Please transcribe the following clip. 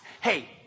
hey